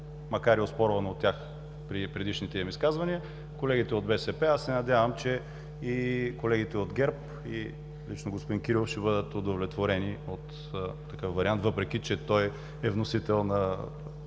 макар и оспорвано от тях при предишните им изказвания. Аз се надявам, че и колегите от ГЕРБ, и лично господин Кирилов ще бъдат удовлетворени от такъв вариант, въпреки че той е вносител на